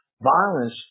violence